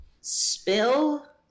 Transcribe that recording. spill